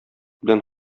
белән